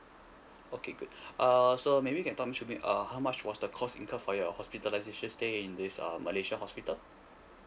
okay good err so maybe you can talk me through err how much was the cost incurred for your hospitalisation stay in this uh malaysia hospital